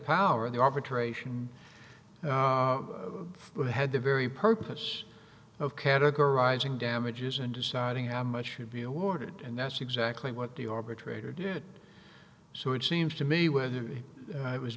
power of the arbitration who had the very purpose of categorizing damages and deciding how much should be awarded and that's exactly what the arbitrator did so it seems to me whether it was